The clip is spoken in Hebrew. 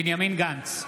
בנימין גנץ,